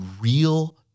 real